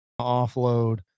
offload